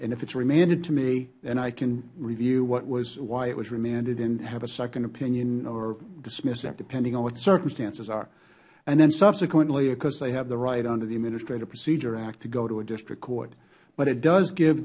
it if it is remanded to me then i can review what was why it was remanded and have a second opinion or dismiss it depending on what the circumstances are and then subsequently of course they have the right under the administrative procedures act to go to a district court but it does give